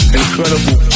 incredible